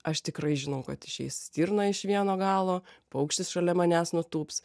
aš tikrai žinau kad išeis stirna iš vieno galo paukštis šalia manęs nutūps